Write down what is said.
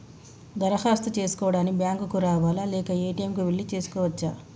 దరఖాస్తు చేసుకోవడానికి బ్యాంక్ కు రావాలా లేక ఏ.టి.ఎమ్ కు వెళ్లి చేసుకోవచ్చా?